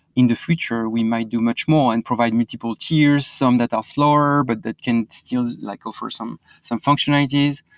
in the future, we might do much more and provide multiple tiers, some that are slower, but that can still like offer some some functionalities,